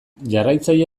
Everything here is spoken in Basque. jarraitzaile